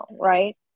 right